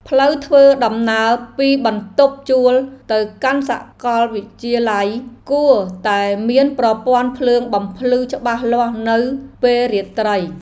ផ្លូវធ្វើដំណើរពីបន្ទប់ជួលទៅកាន់សាកលវិទ្យាល័យគួរតែមានប្រព័ន្ធភ្លើងបំភ្លឺច្បាស់លាស់នៅពេលរាត្រី។